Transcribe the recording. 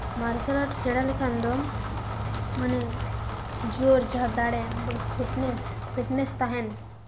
ᱢᱟᱨᱥᱟᱞ ᱟᱨᱴ ᱥᱮᱬᱟ ᱞᱮᱠᱷᱟᱱ ᱫᱚ ᱢᱟᱱᱮ ᱡᱳᱨ ᱡᱟᱦᱟᱸ ᱫᱟᱲᱮ ᱵᱚᱱ ᱯᱷᱤᱴᱱᱮᱥ ᱯᱷᱤᱴᱱᱮᱥ ᱛᱟᱦᱮᱱ